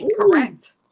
correct